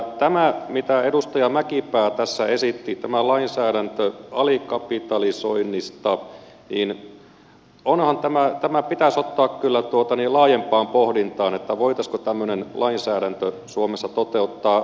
tämä mitä edustaja mäkipää tässä esitti tämän lainsäädännön alikapitalisoinnista pitäisi ottaa kyllä laajempaan pohdintaan se voitaisiinko tämmöinen lainsäädäntö suomessa toteuttaa